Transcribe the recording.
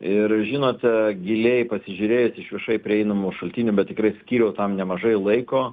ir žinote giliai pasižiūrėjus iš viešai prieinamų šaltinių bet tikrai skyriau tam nemažai laiko